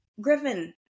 Griffin